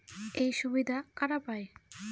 এই সুবিধা কারা পায়?